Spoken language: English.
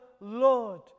Lord